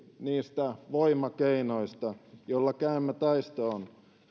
niistä voimakeinoista joilla käymme taistoon